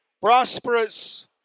prosperous